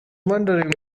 wondering